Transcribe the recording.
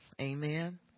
amen